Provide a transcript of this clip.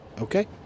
Okay